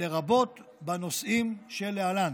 לרבות בנושאים שלהלן: